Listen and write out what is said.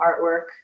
artwork